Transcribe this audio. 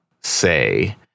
say